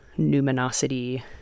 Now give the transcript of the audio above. numinosity